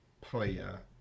player